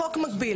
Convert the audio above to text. החוק מגביל.